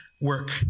work